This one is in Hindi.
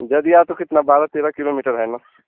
जदिया तो कितना बारह तेरह किलोमीटर है ना